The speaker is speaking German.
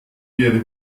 ihre